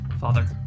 Father